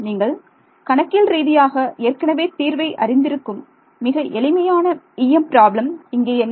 நீங்கள் கணக்கியல் ரீதியாக ஏற்கனவே தீர்வை அறிந்திருக்கும் மிக எளிமையான EM பிராப்ளம் இங்கே என்ன